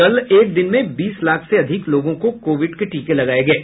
कल एक दिन में बीस लाख से अधिक लोगों को कोविड के टीके लगाये गये